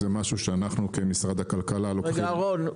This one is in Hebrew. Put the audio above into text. זה משהו שאנחנו כמשרד הכלכלה --- רגע, רון.